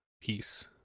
peace